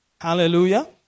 Hallelujah